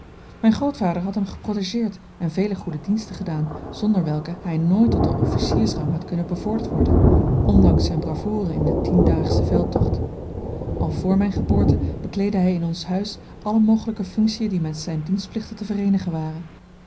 mijn grootvader had hem geprotegeerd en vele goede diensten gedaan zonder welke hij nooit tot den officiersrang had kunnen bevorderd worden ondanks zijne bravoure in den tiendaagschen veldtocht al vr mijne geboorte bekleedde hij in ons huis alle mogelijke functiën die met zijne dienstplichten te vereenigen waren